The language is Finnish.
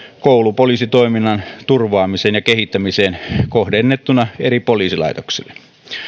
koulupoliisitoiminnan turvaamiseen ja kehittämiseen kohdennettuna eri poliisilaitoksille